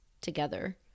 together